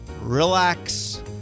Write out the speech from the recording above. relax